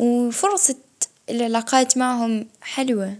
والإصرار.